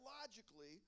logically